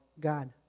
God